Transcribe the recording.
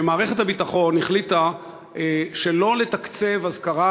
שמערכת הביטחון החליטה שלא לתקצב אזכרה